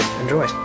Enjoy